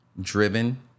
driven